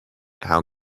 how